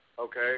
okay